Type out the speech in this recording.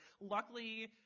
Luckily